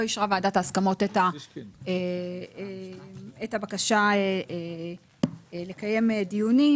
אישרה ועדת ההסכמות את הבקשה לקיים דיונים,